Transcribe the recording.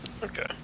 Okay